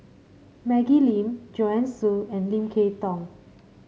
Maggie Lim Joanne Soo and Lim Kay Tong